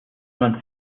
man